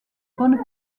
bonne